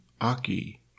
Aki